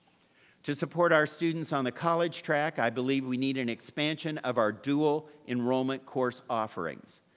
to support our students on the college track, i believe we need an expansion of our dual enrollment course offerings.